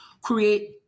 create